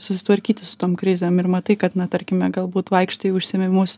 susitvarkyti su tom krizėm ir matai kad na tarkime galbūt vaikštai į užsiėmimus